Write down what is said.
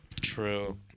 true